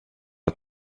att